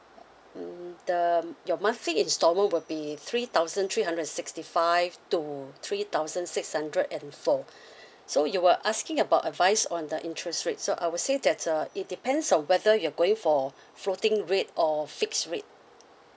um the your monthly instalment will be three thousand three hundred and sixty five to three thousand six hundred and four so you were asking about advice on the interest rate so I would say that uh it depends on whether you're going for floating rate or fixed rate